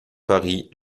paris